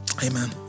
Amen